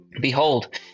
Behold